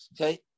okay